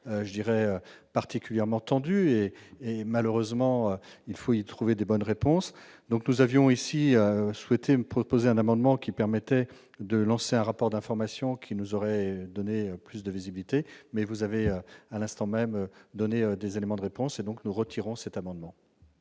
je dirais particulièrement tendue et et malheureusement il faut-il trouver des bonnes réponses, donc nous avions ici souhaité proposer un amendement qui permettait de lancer un rapport d'information qui nous aurait donné plus de visibilité, mais vous avez à l'instant même donner des éléments de réponse et donc nous retirons cet amendement.